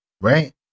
right